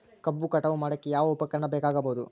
ಕಬ್ಬು ಕಟಾವು ಮಾಡೋಕೆ ಯಾವ ಉಪಕರಣ ಬೇಕಾಗಬಹುದು?